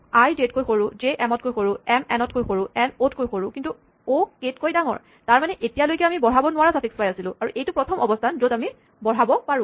আই J ত কৈ সৰু জে এমতকৈ সৰু এম এন তকৈ সৰু এন অ' ত কৈ সৰু কিন্তু অ' কে তকৈ ডাঙৰ তাৰমানে এতিয়ালৈকে আমি বঢ়াব নোৱাৰা চাফিক্স পাই আছিলোঁ আৰু এইটো প্ৰথম অৱস্হান য'ত আমি বঢ়াব পাৰো